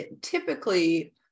typically